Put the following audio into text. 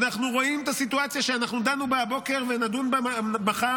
אנחנו רואים את הסיטואציה שאנחנו דנו בה הבוקר ונדון בה מחר,